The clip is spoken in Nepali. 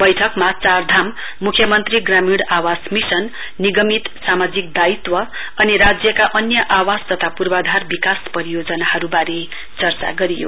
बैठकमा चारधाम मुख्यमन्त्री ग्रामीण आवास मिशननिगमित सामाजिक दायित्व अनि राज्यका अन्य आवास तथा पूर्वाधार विकास परियोजनावारे चर्चा गरियो